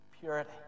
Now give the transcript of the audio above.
purity